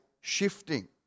shifting